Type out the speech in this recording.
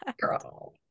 Girl